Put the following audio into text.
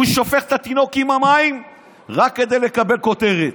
הוא שופך את התינוק עם המים רק כדי לקבל כותרת.